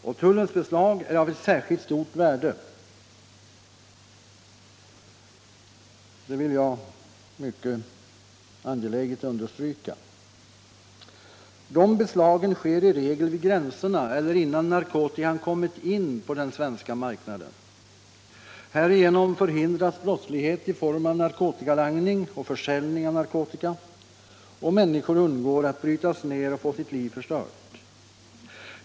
Och tullens beslag är av ett särskilt stort värde, det vill jag mycket starkt understryka. De beslagen sker i regel vid gränserna eller innan narkotikan kommit in på den svenska marknaden. Härigenom förhindras brottslighet i form av narkotikalangning och försäljning av narkotika och människor undgår att brytas ned och få sitt liv förstört.